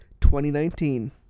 2019